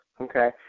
Okay